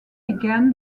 began